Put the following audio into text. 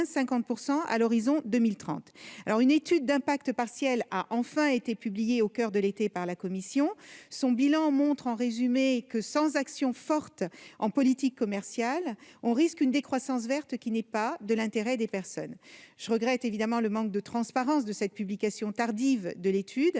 50 % à l'horizon 2030. Une étude d'impact partielle a enfin été publiée au coeur de l'été par la Commission. Son bilan montre que, sans action forte en politique commerciale, l'on risque une décroissance verte. Or ce n'est l'intérêt de personne. Je regrette le manque de transparence de cette publication tardive de l'étude,